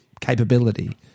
capability